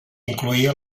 incloïa